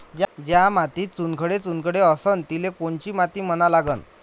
ज्या मातीत चुनखडे चुनखडे असन तिले कोनची माती म्हना लागन?